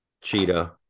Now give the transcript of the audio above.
Cheetah